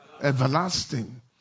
Everlasting